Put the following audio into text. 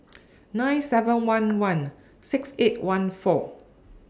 nine seven one one six eight one four